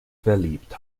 verliebt